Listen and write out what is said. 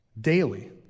daily